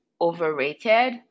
overrated